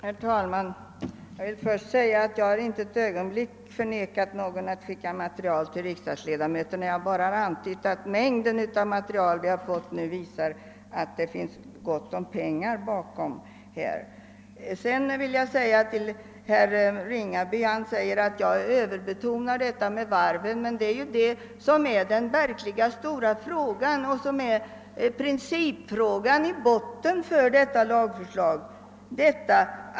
Herr talman! Jag vill först säga att jag inte ett ögonblick förvägrat någon att skicka material till riksdagsledamöterna. Jag har bara antytt att mängden av material visar att det finns gott om pengar bakom. Herr Ringaby säger att jag överbetonar varvsindustriområdet. Men det är ju det som är den stora frågan och som är principfrågan i botten för detta lagförslag.